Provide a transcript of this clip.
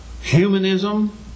humanism